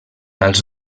els